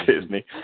Disney